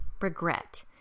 regret